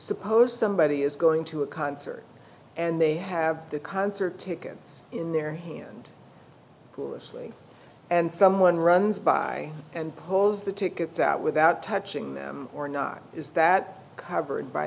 suppose somebody is going to a concert and they have the concert tickets in their hand foolishly and someone runs by and holds the tickets out without touching them or not is that covered by